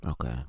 Okay